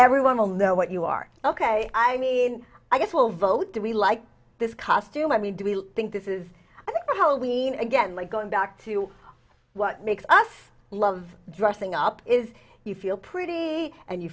everyone will know what you are ok i mean i guess will vote do we like this costume i mean do we think this is how we again like going back to what makes us love dressing up is you feel pretty and you